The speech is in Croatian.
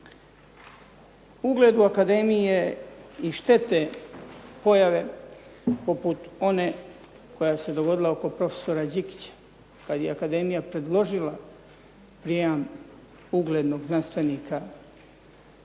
Ugledu akademije i štete pojave poput one koja se dogodila oko profesora Đikića kad je akademija predložila prijam uglednog znanstvenika u